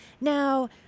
Now